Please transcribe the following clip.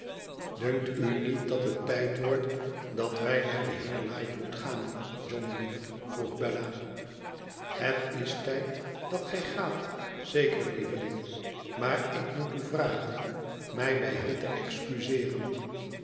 dunkt u niet dat het tijd wordt dat wij naar den heer lightwood gaan john lief vroeg bella het is tijd dat gij gaat zeker lieveling maar ik moet u vragen mij bij hem te excuseeren